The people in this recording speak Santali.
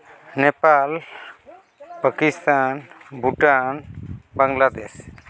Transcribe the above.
ᱱᱮᱯᱟᱞ ᱯᱟᱠᱤᱥᱛᱟᱱ ᱵᱷᱩᱴᱟᱱ ᱵᱟᱝᱞᱟᱫᱮᱥ